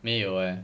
没有 eh